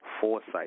foresight